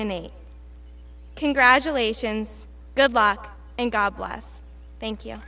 and eight congratulations good luck and god bless thank you